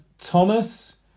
Thomas